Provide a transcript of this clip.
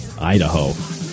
Idaho